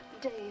Dave